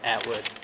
Atwood